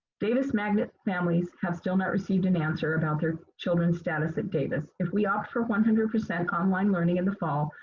davis magnet families have still not received an answer about their children's status at davis. if we opt for one hundred percent online learning in the fall,